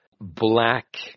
black